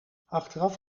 achteraf